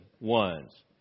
ones